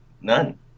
None